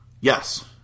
Yes